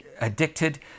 addicted